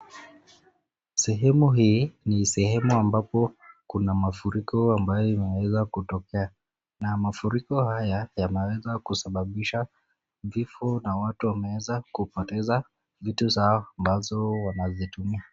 Sehemu hii ni sehemu ambapo kuna mafuriko ambayo imeweza kutokea. Na mafuriko haya yameweza kusababisha vifo na watu wameweza kupoteza vitu zao ambazo wanazitumia.